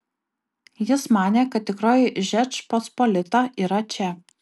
jis manė kad tikroji žečpospolita yra čia